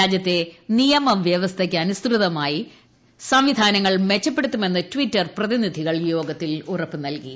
രാജ്യത്തെ നിയമവ്യവസ്ഥയ്ക്ക് അനുസൃതമായി സംവിധാനങ്ങൾ മെച്ചപ്പെടുത്തുമെന്ന് ട്വിറ്റർ പ്രതിനിധികൾ യോഗത്തിൽ ഉറപ്പ് നൽകി